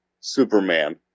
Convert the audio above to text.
Superman